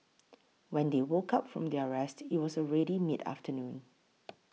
when they woke up from their rest it was already mid afternoon